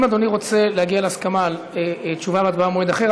אם אדוני רוצה להגיע להסכמה על תשובה והצבעה במועד אחר,